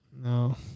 no